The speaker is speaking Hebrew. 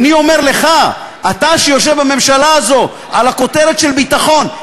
אני אומר לך: אתה שיושב בממשלה הזאת על הכותרת של ביטחון,